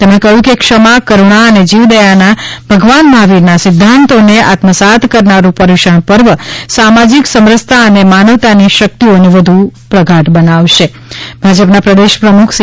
તેમણે કહ્યું કે ક્ષમા કરૂણા અને જીવદયાના ભગવાન મહાવીરના સિધ્ધાંતોને આત્મસાત કરનારૃં પર્યૂષણ પર્વ સામાજીક સમરસતા અને માનવતાની શકિતઓને વધુ પ્રગાઢ બનાવશે ભાજપના પ્રદેશ પ્રમુખ સી